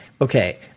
okay